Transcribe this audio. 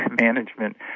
management